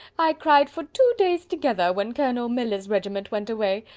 i cried for two days together when colonel miller's regiment went away.